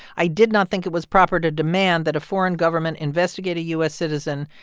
i did not think it was proper to demand that a foreign government investigate a u s. citizen.